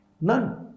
None